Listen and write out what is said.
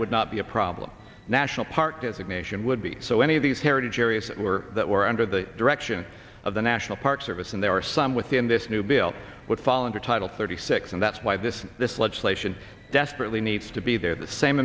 would not be a problem national park as ignition would be so any of these heritage areas were that were under the direction of the national park service and there are some within this new bill would fall under title thirty six and that's why this this legislation desperately needs to be there the same